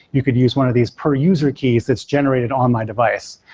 you could use one of these per user keys that's generated on my device,